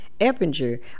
Eppinger